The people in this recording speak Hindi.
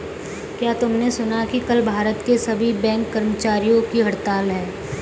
क्या तुमने सुना कि कल भारत के सभी बैंक कर्मचारियों की हड़ताल है?